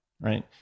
right